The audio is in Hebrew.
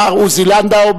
השר עוזי לנדאו,